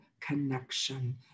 connection